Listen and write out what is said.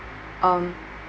um